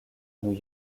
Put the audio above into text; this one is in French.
new